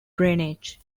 drainage